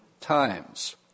times